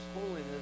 holiness